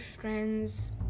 friends